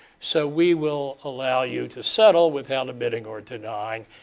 so we will allow you to settle without admitting or denying.